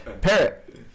Parrot